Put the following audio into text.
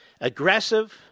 aggressive